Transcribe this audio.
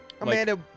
Amanda